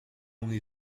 only